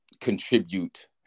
contribute